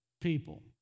people